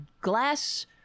glass